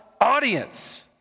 audience